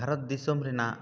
ᱵᱷᱟᱨᱚᱛ ᱫᱤᱥᱟᱹᱢ ᱨᱮᱱᱟᱜ